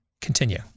Continue